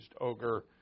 ogre